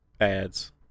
ads